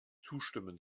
zustimmen